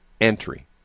entry